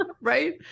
Right